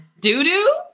doo-doo